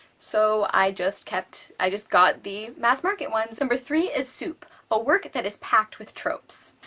so i just kept i just got the mass market ones. number three is soup a work that is packed with tropes.